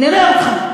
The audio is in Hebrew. נראה אותך.